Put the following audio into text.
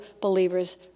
believers